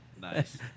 Nice